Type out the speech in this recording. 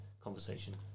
Conversation